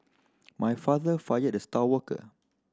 my father fired the star worker